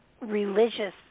religious